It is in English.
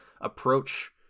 approach